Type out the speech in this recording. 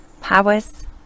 powers